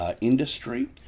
industry